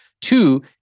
Two